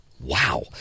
Wow